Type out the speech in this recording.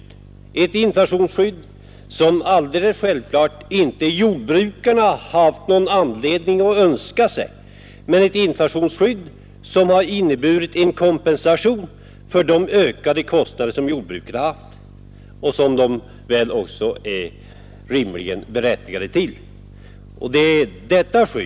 Det är ett inflationsskydd som jordbrukarna självfallet inte haft någon anledning att önska sig, men det har inneburit en kompensation för de ökade kostnader som jordbrukarna har haft. De är väl också berättigade till den kompensationen.